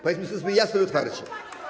Powiedzmy to sobie jasno i otwarcie.